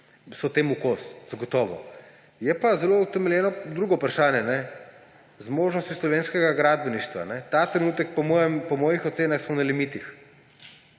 so temu kos, zagotovo. Je pa zelo utemeljeno drugo vprašanje – zmožnosti slovenskega gradbeništva. Ta trenutek smo po mojih ocenah na limitih